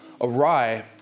awry